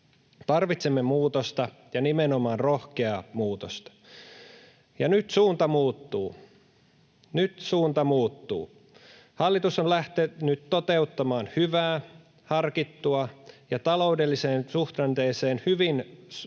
Tarvitsemme muutosta ja nimenomaan rohkeaa muutosta, ja nyt suunta muuttuu — nyt suunta muuttuu. Hallitus on lähtenyt toteuttamaan hyvää, harkittua ja taloudelliseen suhdanteeseen hyvin osuvaa